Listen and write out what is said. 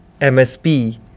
MSP